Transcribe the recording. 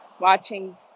watching